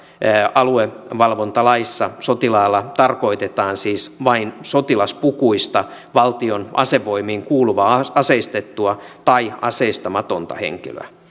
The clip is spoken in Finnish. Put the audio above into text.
aluevalvontalaissa sotilaalla tarkoitetaan siis vain sotilaspukuista valtion asevoimiin kuuluvaa aseistettua tai aseistamatonta henkilöä